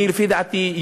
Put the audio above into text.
לפי דעתי,